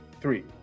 three